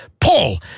Paul